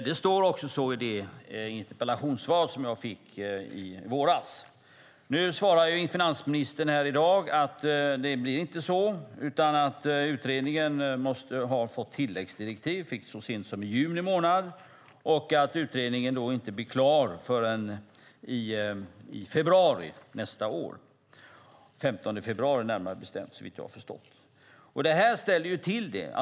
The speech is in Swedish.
Det står också så i det interpellationssvar som jag fick i våras. Nu svarar finansministern här i dag att det inte blir så, utan att utredningen måste ha fått tilläggsdirektiv, vilket den fick så sent som i juni månad, och att utredningen inte blir klar förrän i februari nästa år - den 15 februari närmare bestämt, såvitt jag förstår. Det här ställer till det.